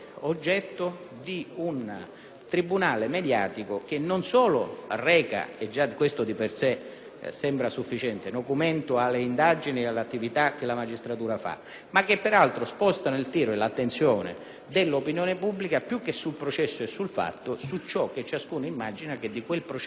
un tribunale mediatico che non solo reca - e già questo di per sé sembra sufficiente - nocumento alle indagini e alle attività della magistratura, ma sposta il tiro e l'attenzione dell'opinione pubblica, più che sul processo e sul fatto, su ciò che ciascuno immagina che di quel processo e di quel fatto sia avvenuto.